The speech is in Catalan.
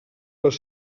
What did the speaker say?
les